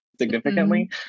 significantly